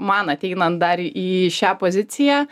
man ateinant dar į šią poziciją